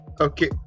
Okay